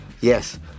yes